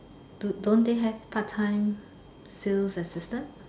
do don't they have part time sales assistant